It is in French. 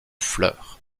fleurs